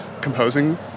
composing